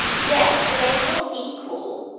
yes, but they are not equal.